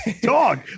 Dog